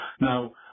Now